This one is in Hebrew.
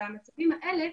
במצבים האלה,